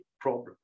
problem